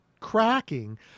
Cracking